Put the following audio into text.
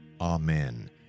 Amen